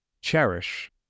Cherish